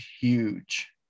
huge